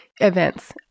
events